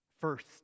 first